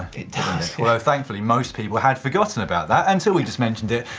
it does. well, thankfully, most people had forgotten about that until we just mentioned it,